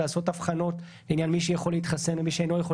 בסדר?